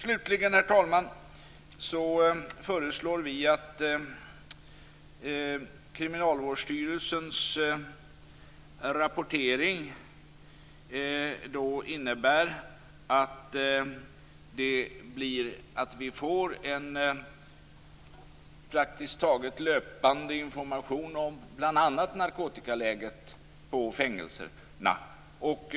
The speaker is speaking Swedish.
Slutligen, herr talman, hoppas vi att Kriminalvårdsstyrelsens rapportering skall innebära att vi får praktiskt taget löpande information, bl.a. om narkotikaläget på fängelserna.